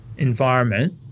environment